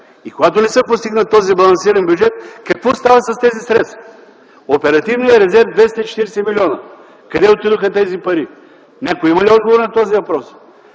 Когато не се постигна този балансиран бюджет, какво стана с тези средства?! Оперативният резерв – 240 милиона – къде отидоха тези пари?! Някой има ли отговор на този въпрос?!